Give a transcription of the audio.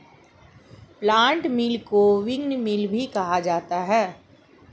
plant milk को vegan milk भी कहा जाता है